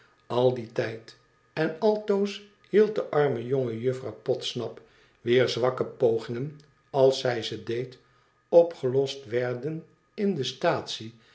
al dien tijd en altoos hield de arme jonge jttfirouw podsnap wier zwakke pogingen als zij ze deed opgelost werden in de staatsie